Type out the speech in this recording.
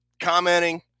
commenting